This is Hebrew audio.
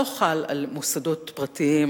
לא חל על מוסדות פרטיים,